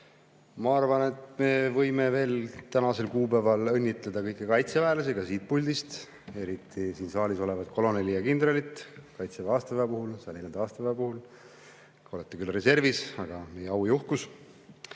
Ma arvan, et me võime veel tänasel kuupäeval õnnitleda kõiki kaitseväelasi ka siit puldist, eriti siin saalis olevaid koloneli ja kindralit Kaitseväe 104. aastapäeva puhul. Olete küll reservis, aga meie au ja uhkus.